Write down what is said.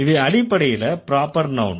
இவை அடிப்படையில proper noun